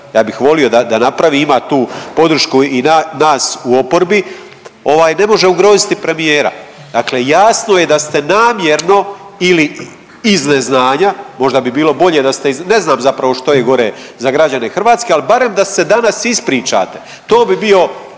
ja bih volio da napravi. Ima tu podršku i nas u oporbi ne može ugroziti premijera. Dakle, jasno je da ste namjerno ili iz neznanja, možda bi bilo bolje da ste iz, ne znam zapravo što je gore za građane Hrvatske ali barem da se danas ispričate. To bi bio